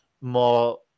more